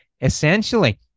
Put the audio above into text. essentially